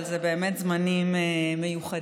אבל אלה באמת זמנים מיוחדים.